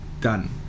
Done